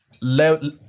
level